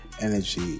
energy